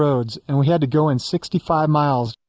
roads and we had to go in sixty five miles